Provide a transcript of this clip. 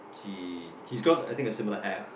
he he's got I think a similar App